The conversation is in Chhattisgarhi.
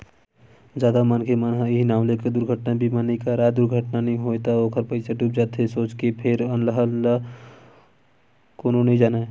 जादा मनखे मन इहीं नांव ले दुरघटना बीमा नइ कराय दुरघटना नइ होय त ओखर पइसा डूब जाथे सोच के फेर अलहन ल कोनो नइ जानय